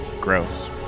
Gross